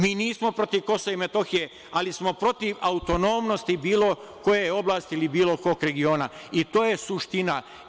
Mi nismo protiv Kosova i Metohije, ali smo protiv autonomnosti bilo koje oblasti ili bilo kog regiona, i to je suština.